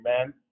Amen